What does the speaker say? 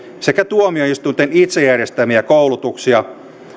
sekä tuomioistuinten itse järjestämiä koulutuksia